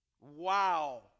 Wow